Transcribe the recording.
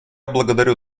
благодарю